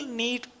need